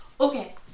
Okay